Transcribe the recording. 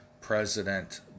President